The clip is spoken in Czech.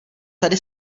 tady